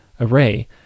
array